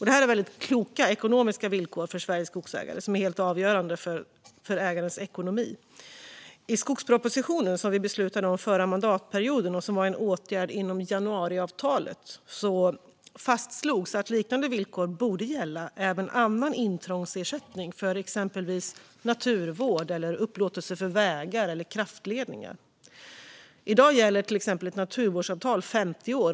Det är kloka ekonomiska villkor för Sveriges skogsägare och helt avgörande för deras ekonomi. I skogspropositionen som vi beslutade om förra mandatperioden och som var en åtgärd inom januariavtalet fastslogs att liknande villkor borde gälla även annan intrångsersättning för exempelvis naturvård eller upplåtelse för vägar eller kraftledningar. I dag gäller ett naturvårdsavtal i 50 år.